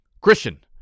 Christian